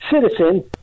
citizen